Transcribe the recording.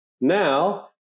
Now